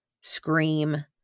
scream